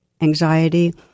anxiety